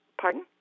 Pardon